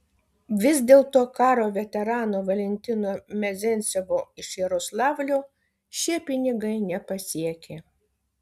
vis dėlto karo veterano valentino mezencevo iš jaroslavlio šie pinigai nepasiekė